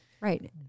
Right